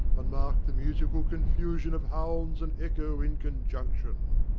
and mark the musical confusion of hounds and echo in conjunction.